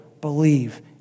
believe